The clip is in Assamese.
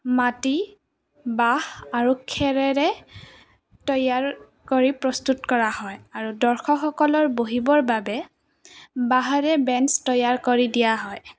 মাটি বাঁহ আৰু খেৰেৰে তৈয়াৰ কৰি প্ৰস্তুত কৰা হয় আৰু দৰ্শকসকলৰ বহিবৰ বাবে বাঁহেৰে বেঞ্চ তৈয়াৰ কৰি দিয়া হয়